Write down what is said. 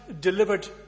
delivered